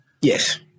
Yes